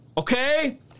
Okay